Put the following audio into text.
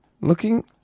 looking